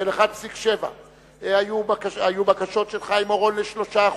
1.7%. היו בקשות של חיים אורון ל-3%,